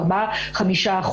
5%-4%,